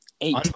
Eight